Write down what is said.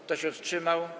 Kto się wstrzymał?